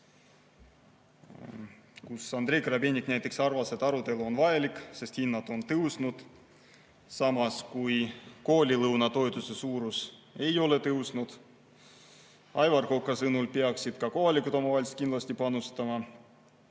üle. Andrei Korobeinik näiteks arvas, et arutelu on vajalik, sest hinnad on tõusnud, samas koolilõunatoetus ei ole kasvanud. Aivar Koka sõnul peaksid ka kohalikud omavalitsused kindlasti panustama.